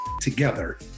together